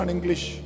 English